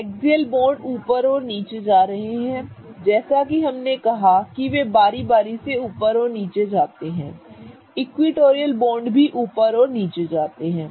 axial bond ऊपर और नीचे जा रहे हैं जैसा कि हमने कहा कि वे बारी बारी से ऊपर और नीचे जा रहे हैं इक्विटोरियल बॉन्ड भी ऊपर और नीचे जा रहे हैं